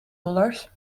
dollars